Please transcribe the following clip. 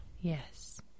Yes